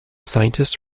scientists